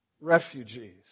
Refugees